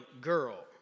girl